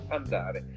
andare